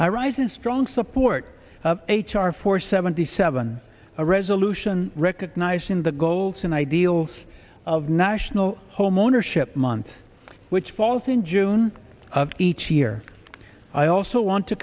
i rise in strong support of h r four seventy seven a resolution recognizing the goals and ideals of national homeownership month which falls in june of each year i also want to